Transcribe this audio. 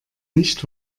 nicht